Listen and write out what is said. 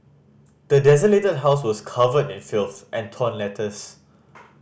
the desolated house was covered in filth and torn letters